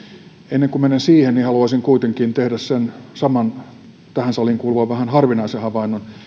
ennen kuin menen siihen haluaisin kuitenkin tehdä sen saman kuin monet muut tähän saliin kuuluva vähän harvinainen havainto eli